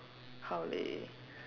how they